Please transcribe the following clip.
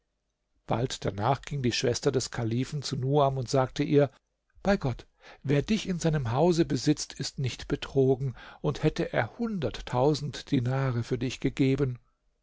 bald danach ging die schwester des kalifen zu nuam und sagte ihr bei gott wer dich in seinem hause besitzt ist nicht betrogen und hätte er hunderttausend dinare für dich gegeben